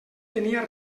tenia